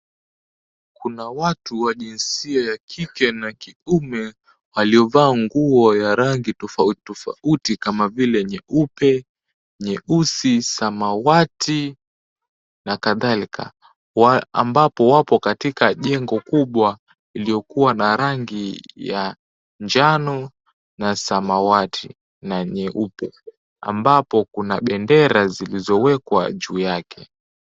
Kuna watu wa jinsia ya kike na kiume waliovaa nguo ya rangi tofauti tofauti kama vile nyeupe, nyeusi, samawati na kadhalika. Ambapo wapo katika jengo kubwa iliyokuwa na rangi ya njano, na samawati na nyeupe, ambapo kuna bendera zilizowekwa juu yake.